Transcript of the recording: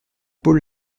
paul